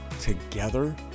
Together